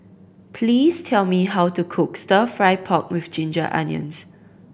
please tell me how to cook Stir Fry pork with ginger onions